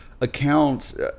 accounts